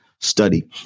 Study